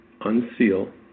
unseal